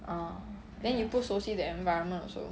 then you 不熟悉 the environment also